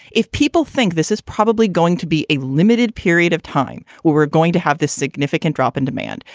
if people think this is probably going to be a limited period of time, we're we're going to have this significant drop in demand.